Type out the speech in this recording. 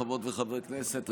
חברות וחברי כנסת,